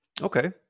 Okay